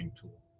tool